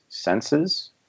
senses